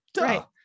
right